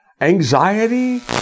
anxiety